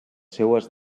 seues